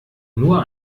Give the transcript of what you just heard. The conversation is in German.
nur